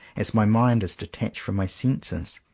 as my mind is detached from my senses.